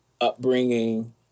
upbringing